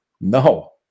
No